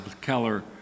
Keller